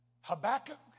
Habakkuk